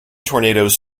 tornadoes